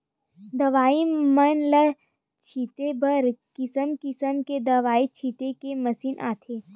दवई मन ल छिते बर किसम किसम के दवई छिते के मसीन आथे